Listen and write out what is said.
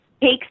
takes